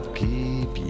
keep